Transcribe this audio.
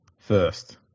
first